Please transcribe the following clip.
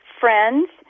friends